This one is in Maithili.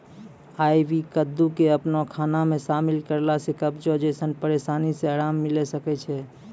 आइ.वी कद्दू के अपनो खाना मे शामिल करला से कब्जो जैसनो परेशानी से अराम मिलै सकै छै